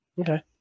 Okay